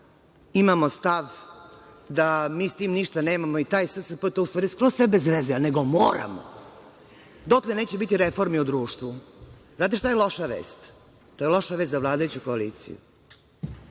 imamo stav da mi sa tim ništa nemamo i taj SSP, to je u stvari skroz sve bez veze, nego moramo, dotle neće biti reformi u društvu. Znate šta je loša vest? To je loša vest za vladajuću koaliciju.